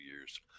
years